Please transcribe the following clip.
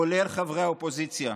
כולל חברי האופוזיציה,